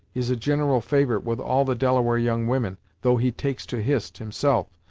is a gineral favorite with all the delaware young women, though he takes to hist, himself,